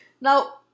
Now